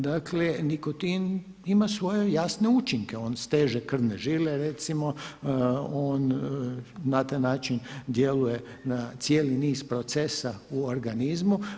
Dakle, nikotin ima svoje jasne učinke, on steže krvne žile recimo, on na taj način djeluje na cijeli niz procesa u organizmu.